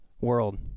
world